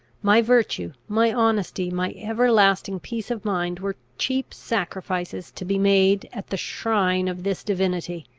my virtue, my honesty, my everlasting peace of mind, were cheap sacrifices to be made at the shrine of this divinity.